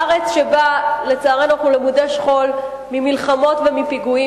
בארץ שבה לצערנו אנחנו למודי שכול ממלחמות ומפיגועים,